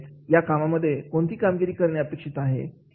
या कामांमधून कोणती कामगिरी करणे अपेक्षित आहे